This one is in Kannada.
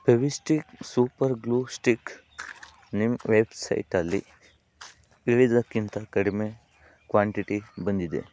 Fevi stick super glue stick ನಿಮ್ಮ ವೆಬ್ ಸೈಟಲ್ಲಿ ಹೇಳಿದ್ದಕ್ಕಿಂತ ಕಡಿಮೆ ಕ್ವಾಂಟಿಟಿ ಬಂದಿದೆ